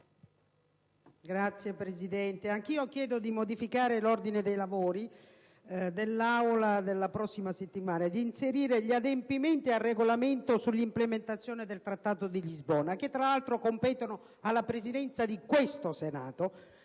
Signora Presidente, anch'io chiedo di modificare l'ordine dei lavori dell'Aula della prossima settimana per inserirvi gli adempimenti al Regolamento per l'implementazione del Trattato di Lisbona che, tra l'altro, competono alla Presidenza di questo Senato.